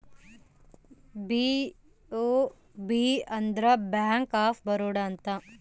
BOB ಅಂದ್ರ bank of Baroda ಅಂತ